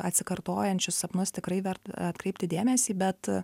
atsikartojančius sapnus tikrai verta atkreipti dėmesį bet